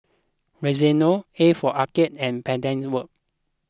Rexona A for Arcade and Pedal Works